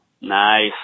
Nice